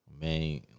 man